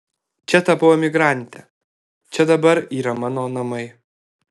čia tapau emigrante čia dabar yra mano namai